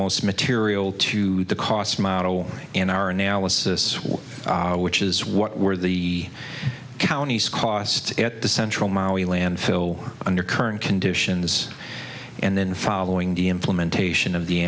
most material to the cost model in our analysis which is what were the county's costs at the central mali landfill under current conditions and then following the implementation of the